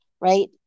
right